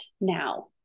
now